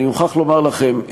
אני מוכרח לומר לכם,